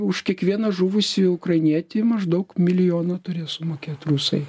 už kiekvieną žuvusį ukrainietį maždaug milijoną turės sumokėt rusai